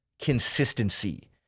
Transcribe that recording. consistency